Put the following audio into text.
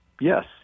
yes